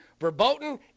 verboten